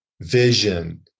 vision